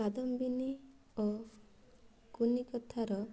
କାଦମ୍ବିନୀ ଓ କୁନି କଥାର